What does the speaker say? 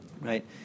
right